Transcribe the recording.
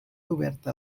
oberta